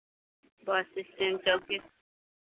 बस स्टैन्ड चौकी